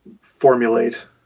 formulate